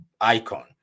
icon